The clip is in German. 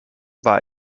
war